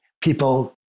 people